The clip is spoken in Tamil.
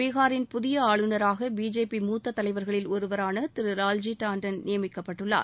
பீகாரில் புதிய ஆளுநராக பிஜேபி மூத்தத் தலைவர்களில் ஒருவரான திரு வால்ஜி டான்டன் நியமிக்கப்பட்டுள்ளார்